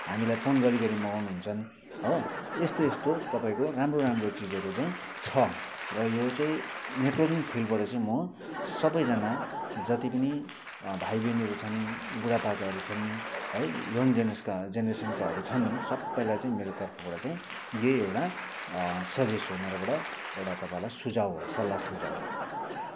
हामीलाई फोन गरी गरी मगाउनु हुन्छन् हो यस्तो यस्तो तपाईँको राम्रो राम्रो चिजहरू चाहिँ छ र यो चाहिँ नेटवर्किङ फिल्डबाट चाहिँ म सबैजना जति पनि भाइ बहिनीहरू छन् बुढा पाकाहरू छन् है यङ जेरनेरेसका जेनेरेसनकाहरू छन् सबैलाई चाहिँ मेरो तर्फबाट चाहिँ यही एउटा सजेस्ट हो मेरोबाट एउटा तपाईँहरूलाई सुझाउ हो सल्लाह सुजाउ हो